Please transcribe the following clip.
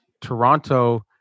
Toronto